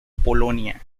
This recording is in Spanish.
polonia